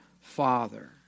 Father